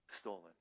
stolen